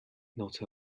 not